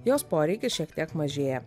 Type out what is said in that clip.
jos poreikis šiek tiek mažėja